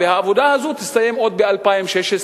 והעבודה הזאת תסתיים ב-2016,